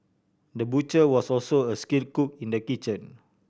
the butcher was also a skilled cook in the kitchen